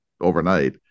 overnight